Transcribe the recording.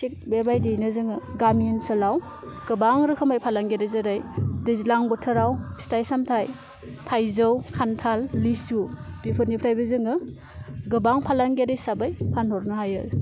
थिग बेबायदियैनो जोङो गामि ओनसोलाव गोबां रोखोमै फालांगियारि जेरै दैज्लां बोथोराव फिथाइ सामथाय थाइजौ खान्थाल लिसु बेफोरनिफ्रायबो जोङो गोबां फालांगियारि हिसाबै फानहरनो हायो